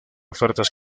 ofertas